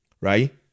right